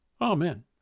Amen